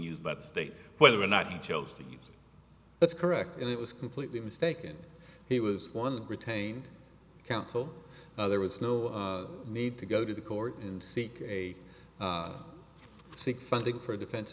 used by the state whether or not he chose to use that's correct and it was completely mistaken he was one retained counsel there was no need to go to the court and seek a seek funding for a defen